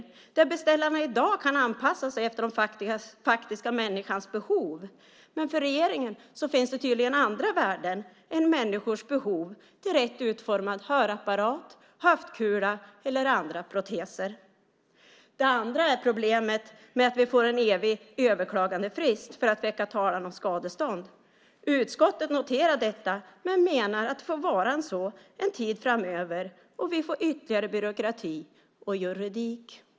I dag kan beställarna anpassa sig efter den faktiska människans behov, men för regeringen finns det tydligen andra värden än människors behov, till exempel av rätt utformad hörapparat, höftkula eller andra proteser. Det andra problemet är att vi får en evig överklagandefrist för att väcka talan om skadestånd. Utskottet noterar detta men menar att det får vara så en tid framöver, och vi får ytterligare byråkrati och juridik.